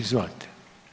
Izvolite.